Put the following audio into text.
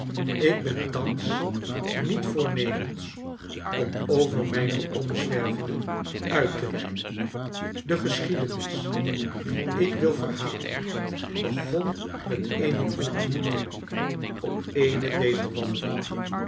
ik ben thans niet voornemens om over mijne omzwervingen uit te weiden de geschiedenis die ik wil verhalen begon met eene ontmoeting op eene dezer wandelingen